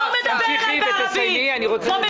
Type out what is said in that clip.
הוא מדבר אליי בערבית.